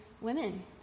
women